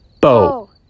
Bo